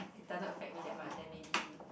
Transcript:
it doesn't affect me that much then maybe